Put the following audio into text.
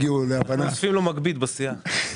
עשינו מגבית בסיעה.